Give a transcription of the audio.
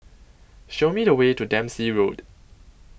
Show Me The Way to Dempsey Road